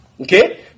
Okay